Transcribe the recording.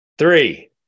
three